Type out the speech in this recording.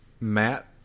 Matt